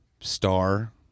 Star